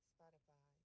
Spotify